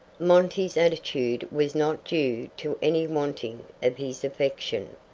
monty's attitude was not due to any wanting of his affection,